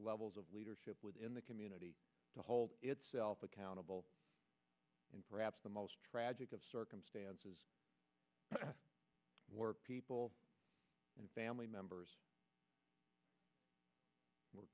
levels of leadership within the community to hold itself accountable in perhaps the most tragic of circumstances were people family members were